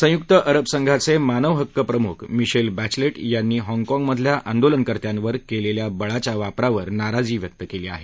संयुक्त अरब संघाचे मानव हक्क प्रमुख मिशेल बद्धसेट यांनी हॉगकॉगमधल्या आंदोलनकर्त्यावर केलेल्या बळाच्या वापरावर नाराजी व्यक्त केली आहे